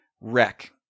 wreck